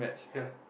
ya